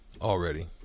Already